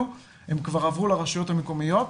הממצאים הם כבר עברו לרשויות המקומיות.